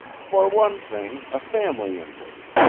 for one thing, a family interest.